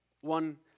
One